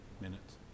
minutes